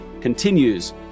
continues